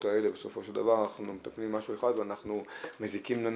האלה בסופו של דבר- -- אנחנו מתקנים משהו אחד ומזיקים לנו